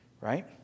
Right